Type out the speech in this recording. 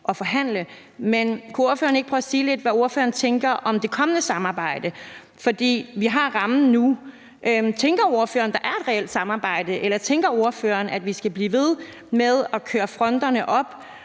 Men kunne ordføreren ikke prøve at sige lidt om, hvad ordføreren tænker om det kommende samarbejde? For vi har rammen nu. Tænker ordføreren, at der er et reelt samarbejde? Eller tænker ordføreren, at vi skal blive ved med at køre fronterne op